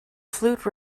flute